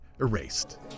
erased